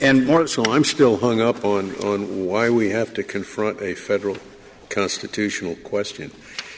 to i'm still hung up on why we have to confront a federal constitutional question